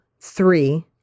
three